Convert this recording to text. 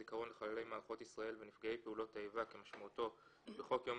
"תיקון סעיף 7 1. בתקנות הרשות הארצית